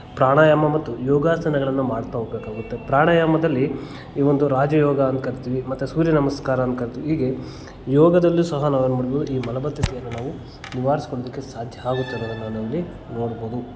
ಪ್ರಾಣಾಯಾಮ ಮತ್ತು ಯೋಗಾಸನಗಳನ್ನು ಮಾಡ್ತಾ ಹೋಗಬೇಕಾಗುತ್ತೆ ಪ್ರಾಣಾಯಾಮದಲ್ಲಿ ಈ ಒಂದು ರಾಜಯೋಗ ಅಂತ ಕರಿತೀವಿ ಮತ್ತು ಸೂರ್ಯ ನಮಸ್ಕಾರ ಅಂತ ಕರಿತೀವಿ ಹೀಗೆ ಯೋಗದಲ್ಲೂ ಸಹ ನಾವು ಏನು ಮಾಡಬಹುದು ಈ ಮಲಬದ್ಧತೆಯನ್ನು ನಾವು ನಿವಾರಿಸಿಕೊಳ್ದಕ್ಕೆ ಸಾಧ್ಯ ಆಗುತ್ತೆ ಅನ್ನೋದನ್ನು ನಾವಿಲ್ಲಿ ನೋಡಬಹುದು